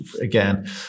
again